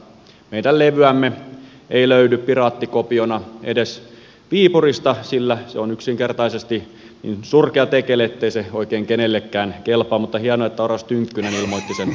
meidän levyämme ei löydy piraattikopiona edes viipurista sillä se on yksinkertaisesti niin surkea tekele ettei se oikein kenellekään kelpaa mutta hienoa että oras tynkkynen ilmoitti sen ostavansa